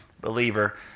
Believer